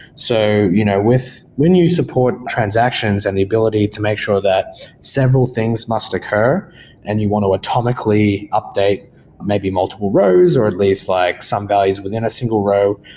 so, you know when you support transactions and the ability to make sure that several things must occur and you want to atomically update maybe multiple rows, or at least like some values within a single row,